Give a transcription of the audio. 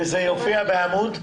וזה יופיע בעמוד?